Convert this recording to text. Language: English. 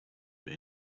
have